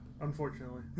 Unfortunately